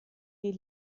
die